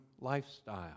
lifestyle